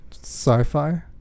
Sci-fi